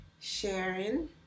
sharing